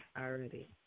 already